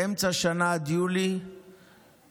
באמצע השנה, עד יוני,